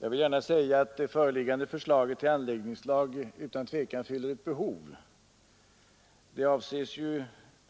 Herr talman! Föreliggande förslag till anläggningslag fyller utan tvivel ett behov. Förslaget